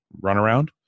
runaround